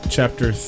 Chapter